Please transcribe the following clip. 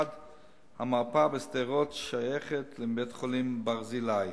1. המרפאה בשדרות שייכת לבית-החולים "ברזילי".